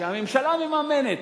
שהממשלה מממנת,